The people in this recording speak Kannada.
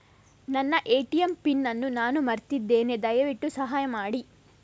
ನನ್ನ ಎ.ಟಿ.ಎಂ ಪಿನ್ ಅನ್ನು ನಾನು ಮರ್ತಿದ್ಧೇನೆ, ದಯವಿಟ್ಟು ಸಹಾಯ ಮಾಡಿ